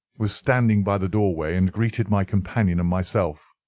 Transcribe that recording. was standing by the doorway, and greeted my companion and myself.